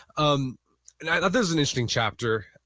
um and yeah there's an interesting chapter,